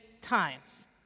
times